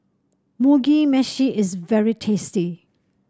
Mugi Meshi is very tasty